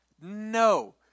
No